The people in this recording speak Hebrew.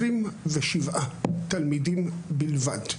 27 תלמידים בלבד.